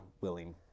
willing